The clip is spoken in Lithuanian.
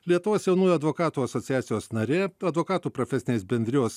lietuvos jaunųjų advokatų asociacijos narė advokatų profesinės bendrijos